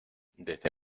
desde